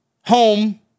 home